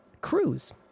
cruise